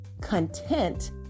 content